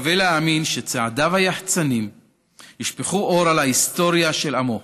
ומקווה להאמין שצעדיו היחצניים ישפכו אור על ההיסטוריה של עמו,